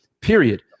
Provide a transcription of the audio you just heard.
period